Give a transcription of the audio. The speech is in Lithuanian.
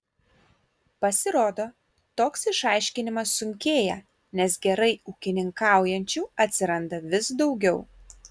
pasirodo toks išaiškinimas sunkėja nes gerai ūkininkaujančių atsiranda vis daugiau